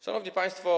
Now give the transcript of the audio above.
Szanowni Państwo!